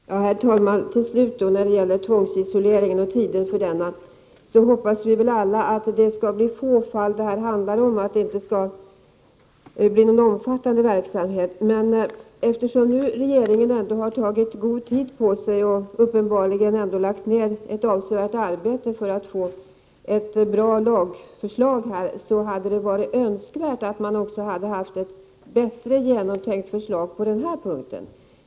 Prot. 1988/89:44 Herr talman! När det gäller tvångsisoleringen och tidsperioder för denna 13 december 1988 | hoppas vi väl alla att det kommer att bli få fall av tvångsvård och att. =S a verksamheten inte blir omfattande. Eftersom regeringen ändå har tagit god | tid på sig och uppenbarligen lagt ned avsevärt arbete för att kunna framlägga ett bra lagförslag hade det varit önskvärt om förslaget varit bättre genomtänkt också på denna punkt.